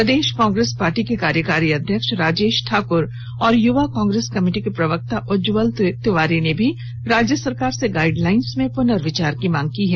प्रदेश Congress party के कार्यकारी अध्यक्ष राजेश ठाक्र और युवा कांग्रेस कमिटी के प्रवक्ता उज्ज्वल तिवारी ने भी राज्य सरकार से गाइडलाइंस में पूनर्विचार करने की मांग की है